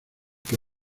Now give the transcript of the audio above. que